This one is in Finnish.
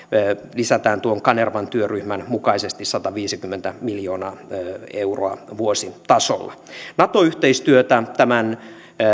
lisätään indeksilisää kanervan työryhmän mukaisesti sataviisikymmentä miljoonaa euroa vuositasolla nato yhteistyötä tämän